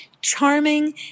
charming